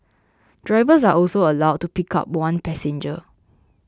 drivers are also allowed to pick up one passenger